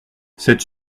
cette